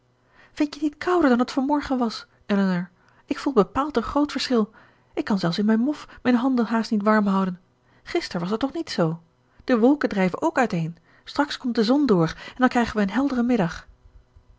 vind je t niet kouder dan t van morgen was elinor ik voel bepaald een groot verschil ik kan zelfs in mijn mof mijn handen haast niet warm houden gister was dat toch niet zoo de wolken drijven ook uiteen straks komt de zon door en dan krijgen we een helderen middag